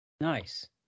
Nice